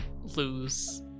lose